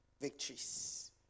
victories